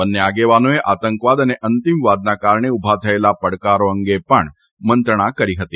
બન્ને આગેવાનોએ આતંકવાદ અને અંતિમવાદના કારણે ઉભા થયેલા પડકારો અંગે પણ મંત્રણા કરી હતી